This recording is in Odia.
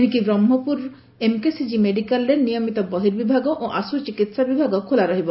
ଏଶିକି ବ୍ରହ୍କପୁରୁ ଏମକେସିଜି ମେଡିକାଲରେ ନିୟମିତ ବର୍ହିବିଭାଗ ଓ ଆଶୁ ଚିକିହା ବିଭାଗ ଖୋଲା ରହିବ